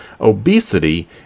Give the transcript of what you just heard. obesity